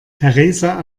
theresa